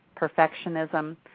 perfectionism